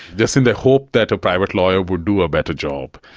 just in the hope that a private lawyer would do a better job,